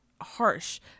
harsh